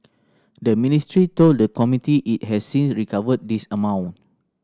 the ministry told the committee it has since recovered this amount